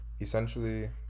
Essentially